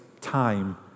time